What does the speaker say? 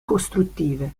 costruttive